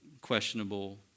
questionable